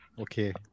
Okay